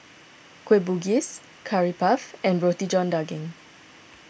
Kueh Bugis Curry Puff and Roti John Daging